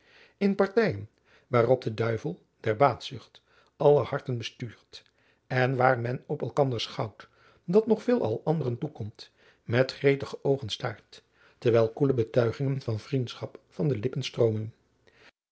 in partijen waarop de duivel der baatzucht aller harten bestuurt en waar men op elkanders goud dat nog veelal anderen toekomt met gretige oogen staart terwijl koele betuigingen van vriendschap van de lippen stroomen